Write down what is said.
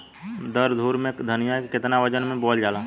दस धुर खेत में धनिया के केतना वजन मे बोवल जाला?